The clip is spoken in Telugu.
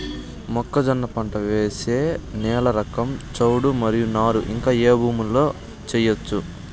మొక్కజొన్న పంట వేసే నేల రకం చౌడు మరియు నారు ఇంకా ఏ భూముల్లో చేయొచ్చు?